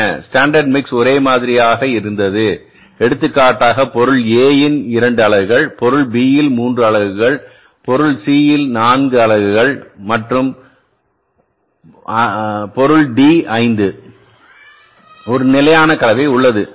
standard mix ஒரே மாதிரியாக இருந்தது எடுத்துக்காட்டாக பொருள் A இன் 2 அலகுகள் பொருள் B இன் 3 அலகுகள் பொருள் C இன் 4 அலகுகள் மற்றும் 5 D பொருள் D ஒரு நிலையான கலவை உள்ளது சரி